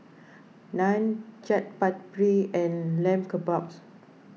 Naan Chaat Papri and Lamb Kebabs